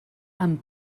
amb